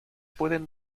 pueden